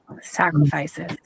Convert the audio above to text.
sacrifices